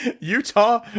utah